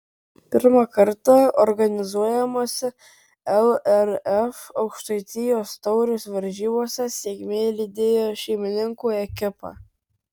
pirmą kartą organizuojamose lrf aukštaitijos taurės varžybose sėkmė lydėjo šeimininkų ekipą